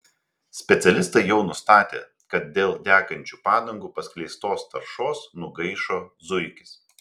specialistai jau nustatė kad dėl degančių padangų paskleistos taršos nugaišo zuikis